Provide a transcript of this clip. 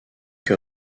que